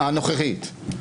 הנוכחית.